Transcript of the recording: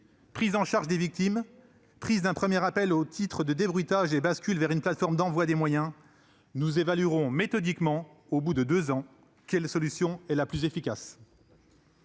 prise en charge des victimes, prise d'un premier appel au titre du « débruitage » et bascule vers une plateforme d'envoi des moyens : nous évaluerons méthodiquement au bout de deux ans quelle solution est la plus efficace.